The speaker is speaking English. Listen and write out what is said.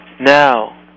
now